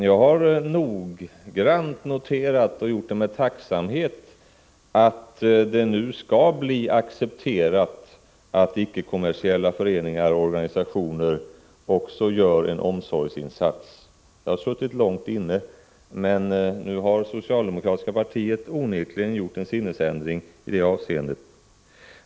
Jag har noggrant och med tacksamhet noterat att det nu skall bli accepterat att icke-kommersiella föreningar och organisationer gör en omsorgsinsats. Det har suttit långt inne, men nu har det socialdemokratiska partiet onekligen visat upp en sinnesändring i det avseendet.